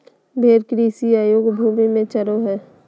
भेड़ कृषि अयोग्य भूमि में चरो हइ